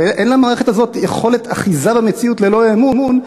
הרי למערכת הזאת אין יכולת אחיזה במציאות ללא אמון,